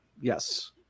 Yes